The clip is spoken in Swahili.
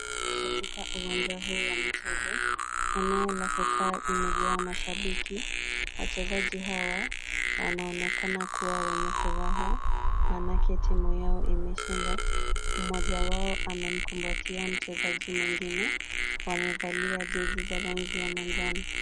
Katika uwanja huu wa michezo, eneo la kukaa imejaa mashabiki. Wachezaji hawa wanaonekana kuwa wenye furaha, maanake timu yao imeshinda. Mmoja wao amemkumbatia mchezaji mwingine. Wamevalia jezi za rangi ya manjano.